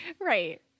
Right